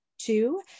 Two